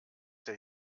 der